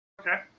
Okay